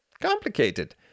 Complicated